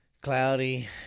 cloudy